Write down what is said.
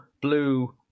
blue